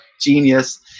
genius